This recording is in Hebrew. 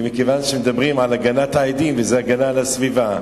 מכיוון שמדברים על הגנת העדים וזה הגנה על הסביבה.